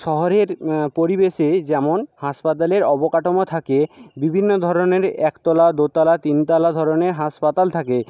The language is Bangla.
শহরের পরিবেশে যেমন হাসপাতালের অবকাঠামো থাকে বিভিন্ন ধরনের একতলা দোতলা তিনতলা ধরনের হাসপাতাল থাকে